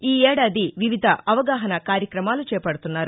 ఈ ఏడాది వివిధ అవగాహనా కార్యక్రమాలు చేపడుతున్నారు